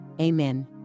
Amen